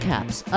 Caps